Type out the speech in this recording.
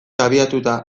abiatuta